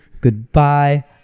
Goodbye